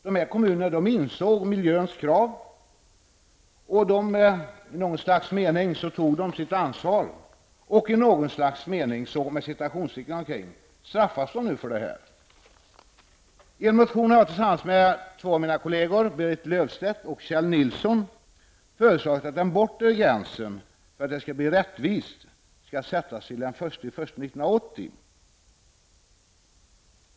Dessa kommuner insåg miljöns krav och de tog i något slags mening sitt ansvar, och i ''något slags mening'' straffas de nu för det. Jag har i en motion tillsammans med två av mina kollegor, Berit Löfstedt och Kjell Nilsson, föreslagit att den bortre gränsen sätts till den 1 januari 1980 för att det skall bli rättvist.